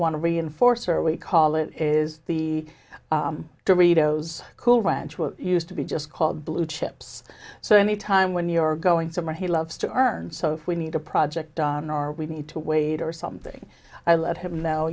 one reinforcer we call it is he to read o's cool ranch what used to be just called blue chips so any time when you're going somewhere he loves to earn so if we need a project on our we need to wait or something i let him know